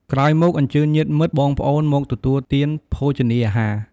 ក្រោយមក អញ្ជើញញាតិមិត្ត បងប្អូនមកទទួលទានភោជនីអាហារ។